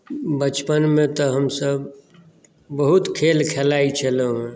बचपनमे तऽ हमसभ बहुत खेल खेलाइ छलहुँ हेँ